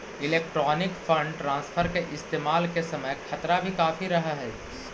electronic fund transfer के इस्तेमाल के समय खतरा भी काफी रहअ हई